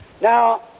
Now